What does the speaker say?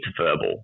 verbal